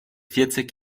vierzig